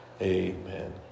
Amen